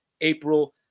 April